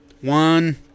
One